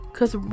Cause